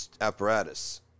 apparatus